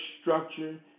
structure